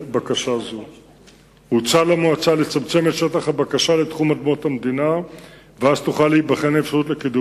בקיץ 2008. עיריית שדרות קיבלה אישור תקציבי להשלמת חיבור התשתיות לגנים